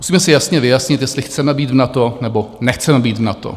Musíme si jasně vyjasnit, jestli chceme být v NATO, nebo nechceme být v NATO.